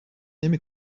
نمی